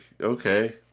okay